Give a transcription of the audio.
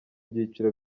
byiciro